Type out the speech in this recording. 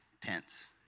tense